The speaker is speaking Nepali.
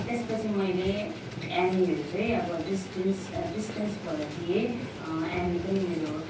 त्यसपछि मैले एमएहरू चाहिँ अब डिसटेन्स डिसटेन्सबाट दिएँ एमए पनि मेरो